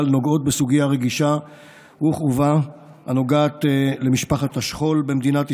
נוגעות בסוגיה רגישה וכאובה הנוגעת למשפחת השכול במדינת ישראל.